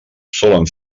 solen